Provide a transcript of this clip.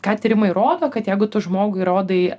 ką tyrimai rodo kad jeigu tu žmogui rodai